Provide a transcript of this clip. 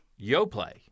Yoplay